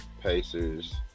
Pacers